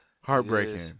Heartbreaking